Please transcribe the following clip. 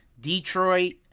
Detroit